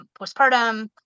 postpartum